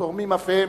תורמים אף הם